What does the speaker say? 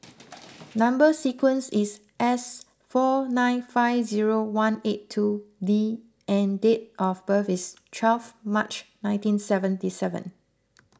Number Sequence is S four nine five zero one eight two D and date of birth is twelve March nineteen seventy seven